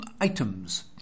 items